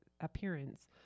appearance